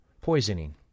poisoning